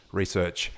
research